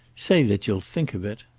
say that you'll think of it.